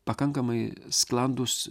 pakankamai sklandūs